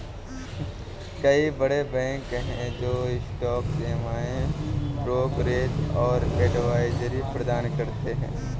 कई बड़े बैंक हैं जो स्टॉक सेवाएं, ब्रोकरेज और एडवाइजरी प्रदान करते हैं